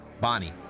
Bonnie